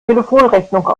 telefonrechnung